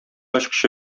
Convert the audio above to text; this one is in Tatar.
ачкычы